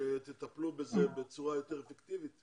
שתטפלו בזה בצורה יותר אפקטיבית?